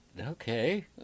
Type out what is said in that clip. okay